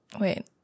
Wait